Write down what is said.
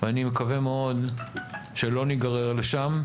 ואני מקווה מאוד שלא ניגרר לשם,